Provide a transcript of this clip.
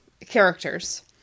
characters